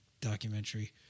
documentary